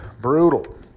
brutal